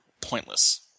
pointless